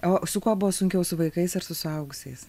o su kuo buvo sunkiau su vaikais ar su suaugusiais